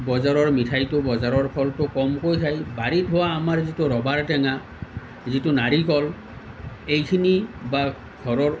বজাৰৰ মিঠাইটো বজাৰৰ ফলটো কমকৈ খাই বাৰীত হোৱা আমাৰ ৰবাব টেঙা যিটো নাৰিকল এইখিনি বা ঘৰৰ